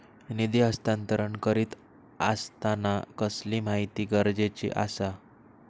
निधी हस्तांतरण करीत आसताना कसली माहिती गरजेची आसा?